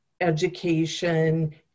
education